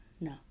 no